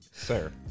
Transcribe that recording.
Sir